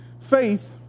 Faith